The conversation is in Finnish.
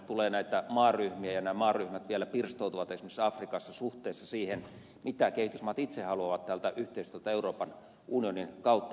tulee näitä maaryhmiä ja nämä maaryhmät vielä pirstoutuvat esimerkiksi afrikassa suhteessa siihen mitä kehitysmaat itse haluavat tältä yhteistyöltä euroopan unionin kautta